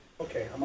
Okay